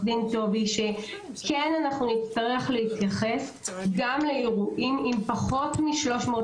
התקנות אנחנו נפעל כאילו הן כבר עברו.